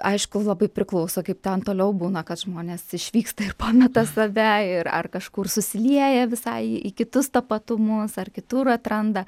aišku labai priklauso kaip ten toliau būna kad žmonės išvyksta ir pameta save ir ar kažkur susilieja visai į kitus tapatumas ar kitur atranda